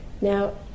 now